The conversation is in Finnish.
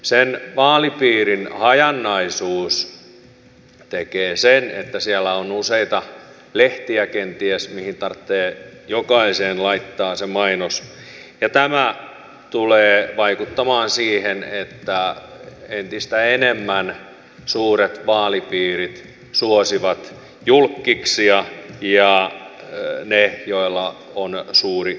sen vaalipiirin hajanaisuus tekee sen että siellä on useita lehtiä kenties joihin tarvitsee jokaiseen laittaa se mainos ja tämä tulee vaikuttamaan siihen että entistä enemmän suuret vaalipiirit suosivat julkkiksia ja niitä joilla on suuri vaalibudjetti